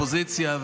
באופוזיציה,